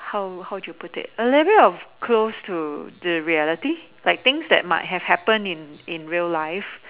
how how do you put it a little bit of close to the reality like things that might have happened in in real life